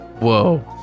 whoa